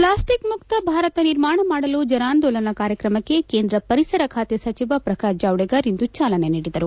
plastic ಮುಕ್ತ ಭಾರತ ನಿರ್ಮಾಣ ಮಾಡಲು ಜನಾಂದೋಲನ ಕಾರ್ಯಕ್ರಮಕ್ಕೆ ಕೇಂದ್ರ ಪರಿಸರ ಖಾತೆ ಸಚಿವ ಪ್ರಕಾಶ್ ಜಾವಡೇಕರ್ ಇಂದು ಚಾಲನೆ ನೀಡಿದರು